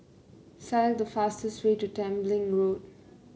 select the fastest way to Tembeling Road